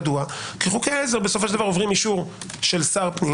כי חוקי העזר בסופו של דבר עוברים אישור של שר פנים.